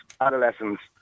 adolescents